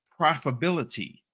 profitability